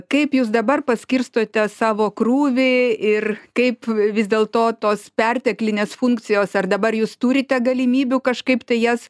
kaip jūs dabar paskirstote savo krūvį ir kaip vis dėlto tos perteklinės funkcijos ar dabar jūs turite galimybių kažkaip tai jas